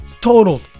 Total